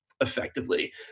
effectively